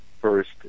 first